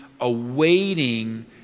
awaiting